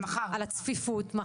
על הצפיפות.